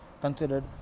considered